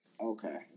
Okay